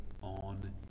on